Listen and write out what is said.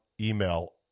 email